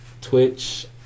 Twitch